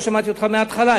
לא שמעתי אותך מההתחלה.